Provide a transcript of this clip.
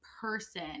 person